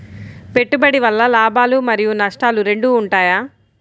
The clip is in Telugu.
పెట్టుబడి వల్ల లాభాలు మరియు నష్టాలు రెండు ఉంటాయా?